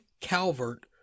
Calvert